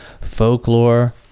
folklore